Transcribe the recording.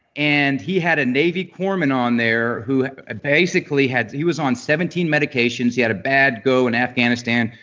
and he had a navy corpsman on there who ah basically had, he was on seventeen medications. he had a bad go in afghanistan,